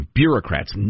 bureaucrats